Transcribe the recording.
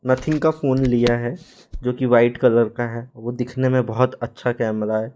nothing का phone लिया है जोकि व्हाइट कलर का है वो दिखने में बहुत अच्छा कैमरा है